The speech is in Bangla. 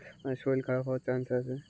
আর শরীর খারাপ হওয়ার চান্স আছে